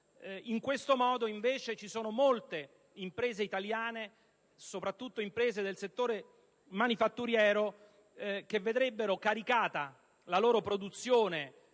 In questo modo, invece, ci sono molte imprese italiane, soprattutto del settore manifatturiero, che vedrebbero caricata la loro produzione